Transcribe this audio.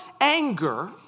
anger